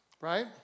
Right